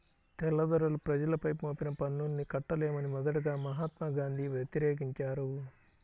తెల్లదొరలు ప్రజలపై మోపిన పన్నుల్ని కట్టలేమని మొదటగా మహాత్మా గాంధీ వ్యతిరేకించారు